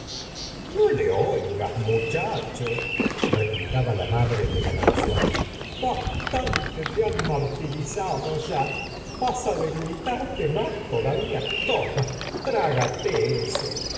no le oigas muchacho replicaba la madre lefrancois bastante te han martirizado ya vas á debilitarte más todavía toma trágate eso